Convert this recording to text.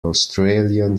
australian